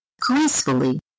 gracefully